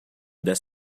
das